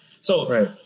So-